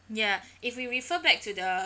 ya if we refer back to the